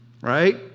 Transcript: Right